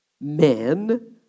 men